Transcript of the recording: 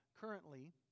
currently